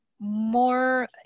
more